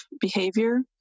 behavior